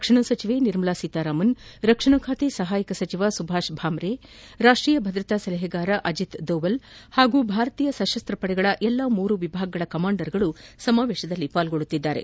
ರಕ್ಷಣಾ ಸಚಿವೆ ನಿರ್ಮಲಾ ಸೀತಾರಾಮನ್ ರಕ್ಷಣಾ ಖಾತೆ ಸಹಾಯಕ ಸಚಿವ ಸುಭಾಷ್ ಬಾವು ರಾಷ್ಷೀಯ ಭದ್ರತಾ ಸಲಹಾಗಾರ ಅಜಿತ್ದೋವಲ್ ಹಾಗೂ ಭಾರತೀಯ ಶಸ್ತಸ್ತಪಡೆಗಳ ಎಲ್ಲಾ ಮೂರು ವಿಭಾಗಗಳ ಕಮಾಂಡರ್ಗಳು ಸಮಾವೇಶದಲ್ಲಿ ಭಾಗವಹಿಸಿದ್ದಾರೆ